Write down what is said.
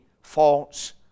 false